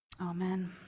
Amen